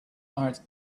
art